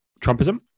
Trumpism